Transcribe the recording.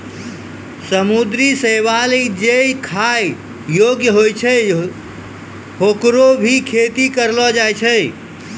समुद्री शैवाल जे खाय योग्य होय छै, होकरो भी खेती करलो जाय छै